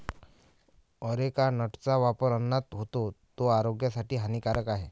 areca नटचा वापर अन्नात होतो, तो आरोग्यासाठी हानिकारक आहे